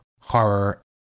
horror